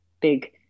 big